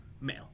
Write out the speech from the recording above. Male